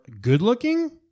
good-looking